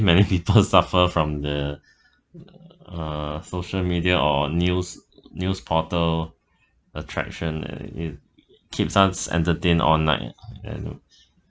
many people suffer from the uh social media or news news portal attraction and it keeps us entertain all night and